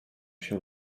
się